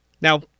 Now